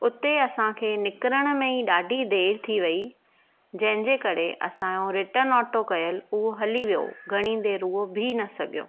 उते असांखे निकिरण में ई ॾाढी देरि थी वई जंहिंजे करे असांजो रिटर्न ऑटो कयलु उहो हली वियो घणी देरि उहो बीह न सघियो